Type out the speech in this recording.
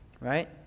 right